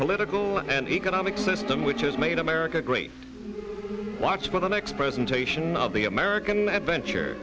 political and economic system which is made america great watch for the next presentation of the american adventure